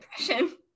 impression